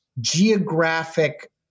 geographic